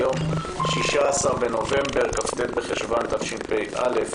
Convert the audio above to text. היום 16 בנובמבר 2020, כ"ט בחשוון התשפ"א.